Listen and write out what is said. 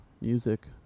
music